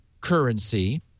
currency